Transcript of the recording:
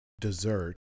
dessert